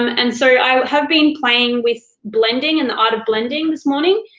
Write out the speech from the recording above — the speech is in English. um and so, i have been playing with blending and the art of blending this morning,